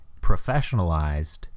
professionalized